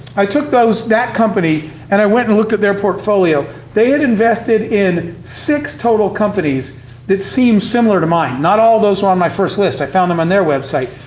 i took that company, and i went and looked at their portfolio. they had invested in six total companies that seemed similar to mine. not all those are on my first list, i found them on their website.